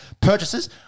purchases